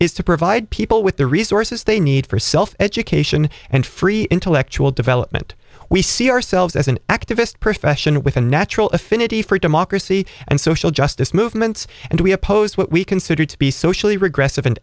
is to provide people with the resources they need for self education and free intellectual development we see ourselves as an activist profession with a natural affinity for democracy and social justice movements and we oppose what we consider to be socially regre